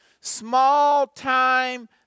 Small-time